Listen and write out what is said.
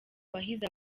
wahize